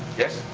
yes?